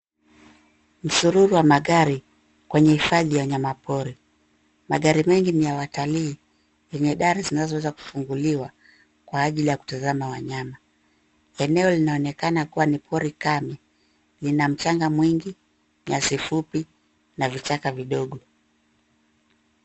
Msururu wa magari, kwenye hifadhi ya wanyama pori, Magari mengi ni ya watalii yenye dari zinazoweza kufunguliwa, kwa ajili ya kutazama wanyama. Eneo linaonekana kuwa ni pori kame, lina mchanga mwingi, nyasi fupi, na vichaka vidogo.